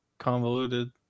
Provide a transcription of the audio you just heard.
Convoluted